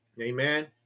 Amen